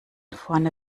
vorne